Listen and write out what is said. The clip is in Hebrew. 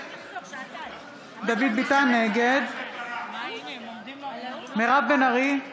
נגד מירב בן ארי,